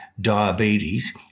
diabetes